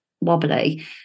wobbly